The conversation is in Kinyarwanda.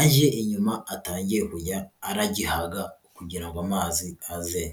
ajye inyuma, atangire kujya aragihaga, kugira ngo amazi aze.